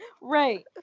Right